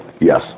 Yes